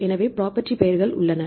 எனவே ப்ரொபேர்ட்டி பெயர்கள் உள்ளன